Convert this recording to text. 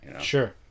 Sure